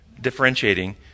differentiating